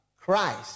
Christ